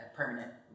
permanent